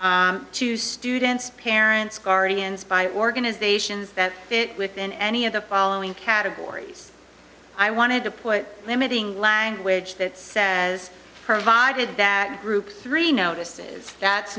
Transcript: notices to students parents guardians by organizations that fit within any of the following categories i wanted to put limiting language that says provided that group three notices that's